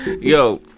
Yo